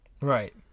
Right